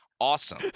awesome